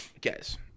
Guys